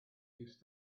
used